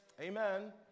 amen